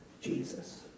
Jesus